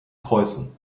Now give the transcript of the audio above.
preußen